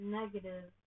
negative